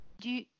du